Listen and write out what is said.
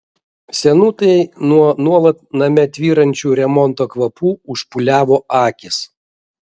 senutei nuo nuolat name tvyrančių remonto kvapų užpūliavo akys